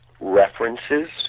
references